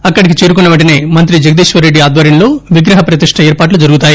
అక్కడికి చేరుకున్న పెంటసే మంత్రి జగదీశ్వరరెడ్డి ఆధ్వర్యంలో విగ్రహ ప్రతిష్ట ఏర్పాట్లు జరుగుతాయి